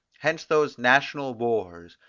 hence those national wars,